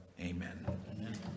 Amen